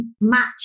match